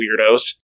weirdos